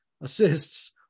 assists